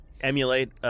emulate